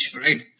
right